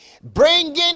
Bringing